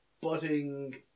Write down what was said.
budding